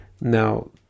Now